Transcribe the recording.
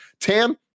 Tam